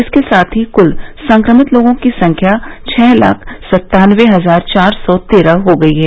इसके साथ ही कुल संक्रमित लोगों की संख्या छह लाख सत्तानबे हजार चार सौ तेरह हो गई है